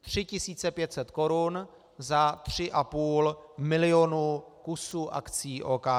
Tři tisíce pět set korun za tři a půl milionu kusů akcí OKD!